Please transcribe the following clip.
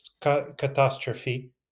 catastrophe